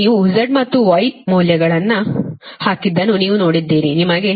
ನೀವು Z ಮತ್ತು Y ಮೌಲ್ಯಗಳನ್ನು ಹಾಕಿದ್ದನ್ನು ನೀವು ನೋಡಿದ್ದೀರಿ ನಿಮಗೆ 330